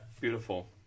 beautiful